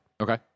Okay